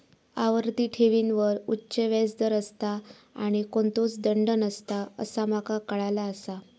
आवर्ती ठेवींवर उच्च व्याज दर असता आणि कोणतोच दंड नसता असा माका काळाला आसा